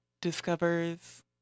discovers